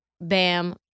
Bam